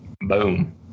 Boom